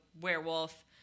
werewolf